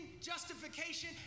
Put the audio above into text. justification